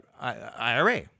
IRA